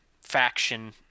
faction